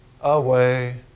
away